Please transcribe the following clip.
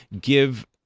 give